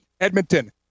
Edmonton